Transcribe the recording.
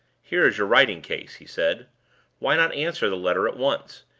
here is your writing-case, he said why not answer the letter at once?